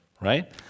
right